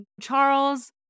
Charles